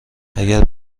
اگه